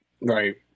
right